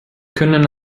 können